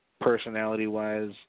Personality-wise